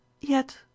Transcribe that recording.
Yet